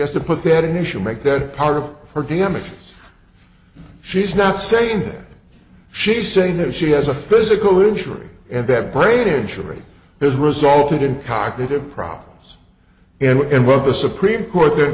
has to put that initial make that part of her damages she's not saying that she's saying that she has a physical injury and that brain injury has resulted in cognitive problems and what the supreme court that